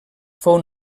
fou